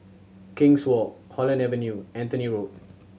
King's Walk Holland Avenue Anthony Road